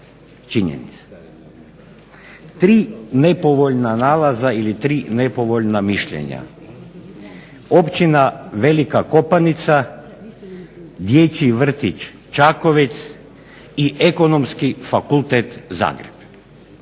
činjenice, tri npovoljna nalaza ili mišljenja. Općina Velika Kopanica, dječji vrtić Čakovec i ekonomski fakultet Zagreb.